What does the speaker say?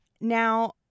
Now